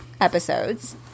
episodes